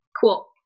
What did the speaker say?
Cool